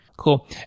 Cool